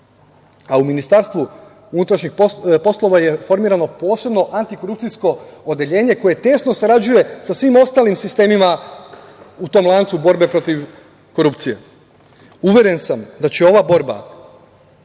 a u Ministarstvu unutrašnjih poslova je formirano posebno antikorupcijsko odeljenje koje tesno sarađuje sa svim ostalim sistemima u tom lancu borbe protiv korupcije. Uveren sam da će ova borba